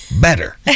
better